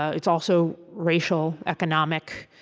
it's also racial, economic,